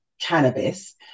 cannabis